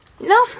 No